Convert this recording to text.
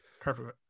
Perfect